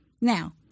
Now